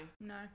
No